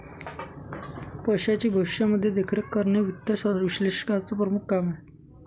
पैशाची भविष्यामध्ये देखरेख करणे वित्त विश्लेषकाचं प्रमुख काम आहे